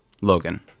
logan